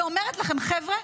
ואומרת לכם: חבר'ה,